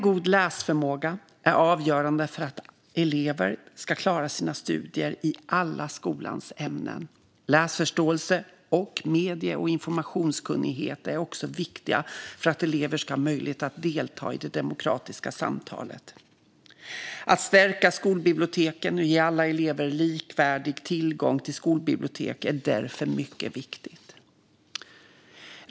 God läsförmåga är avgörande för att elever ska klara sina studier i alla skolans ämnen. Läsförståelse och medie och informationskunnighet är också viktigt för att elever ska ha möjlighet att delta i det demokratiska samtalet. Att stärka skolbiblioteken och ge alla elever likvärdig tillgång till skolbibliotek är därför mycket viktigt.